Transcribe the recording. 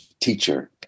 teacher